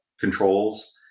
controls